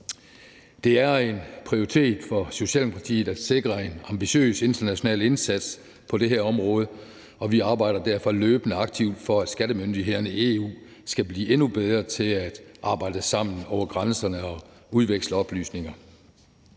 Det er en prioritet for Socialdemokratiet at sikre en ambitiøs international indsats på det her område, og vi arbejder derfor løbende aktivt for, at skattemyndighederne i EU skal blive endnu bedre til at arbejde sammen over grænserne og udveksle oplysninger.